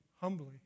humbly